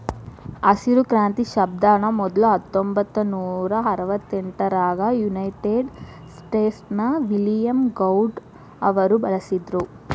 ಹಸಿರು ಕ್ರಾಂತಿ ಶಬ್ದಾನ ಮೊದ್ಲ ಹತ್ತೊಂಭತ್ತನೂರಾ ಅರವತ್ತೆಂಟರಾಗ ಯುನೈಟೆಡ್ ಸ್ಟೇಟ್ಸ್ ನ ವಿಲಿಯಂ ಗೌಡ್ ಅವರು ಬಳಸಿದ್ರು